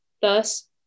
Thus